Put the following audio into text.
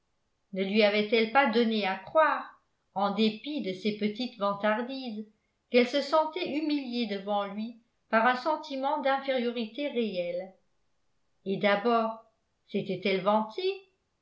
ne lui avait-elle pas donné à croire en dépit de ses petites vantardises quelle se sentait humiliée devant lui par un sentiment d'infériorité réelle et d'abord s'était elle vantée